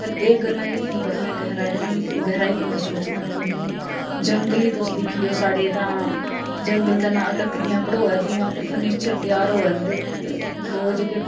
पर एह् गल्लां जेह्कियां न बड़ियां गैह्राइयां गैह्राई कन्नै सोचना पौंदियां न जंगल गी तुस दिक्खी लैओ साढे तां जंगल दा नांऽ लकड़ियां बढोऐ दियां ते फ्रनीचर त्यार होऐ रदे ते लोग जेह्के